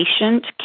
patient